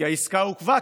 כי העסקה עוכבה,